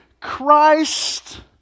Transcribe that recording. Christ